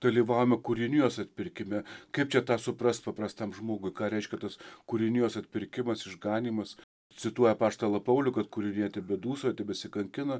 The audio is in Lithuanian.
dalyvavome kūrinijos atpirkime kaip čia tą suprast paprastam žmogui ką reiškia tas kūrinijos atpirkimas išganymas cituoju apaštalą paulių kad kūrinija tebedūsauja tebesikankina